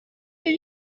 did